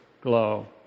glow